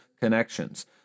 connections